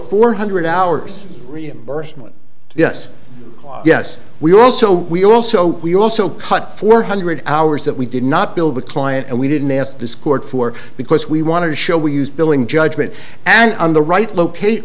four hundred hours reimbursement yes yes we also we also we also cut four hundred hours that we did not build the client and we didn't ask this court for because we wanted to show we used billing judgement and on the right locate